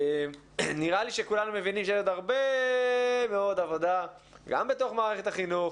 נראה לי שכולנו מבינים שיש עוד הרבה מאוד עבודה גם בתוך מערכת החינוך,